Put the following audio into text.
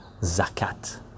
zakat